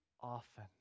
often